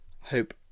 hope